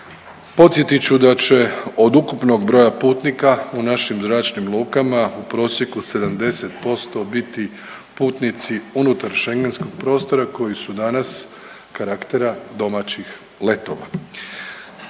Podsjetit ću da će od ukupnog broja putnika u našim zračnim lukama u prosjeku 70% biti putnici unutar schengentskog prostora koji su danas karaktera domaćih letova.